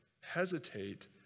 hesitate